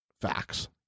Facts